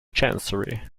chancery